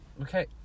Okay